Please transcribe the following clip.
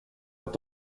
ett